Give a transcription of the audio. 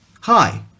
Hi